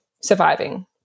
surviving